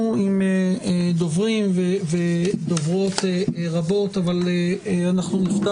אנחנו עם דוברים ודוברות רבות, אבל אנחנו נפתח